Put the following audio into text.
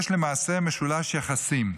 יש למעשה משולש יחסים: